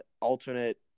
alternate